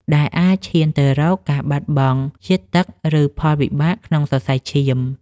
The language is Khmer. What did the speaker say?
ដែលអាចឈានទៅរកការបាត់បង់ជាតិទឹក ឬផលវិបាកក្នុងសរសៃឈាម។